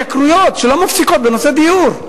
ההתייקרויות, שלא מפסיקות, של הדיור.